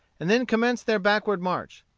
and then commenced their backward march.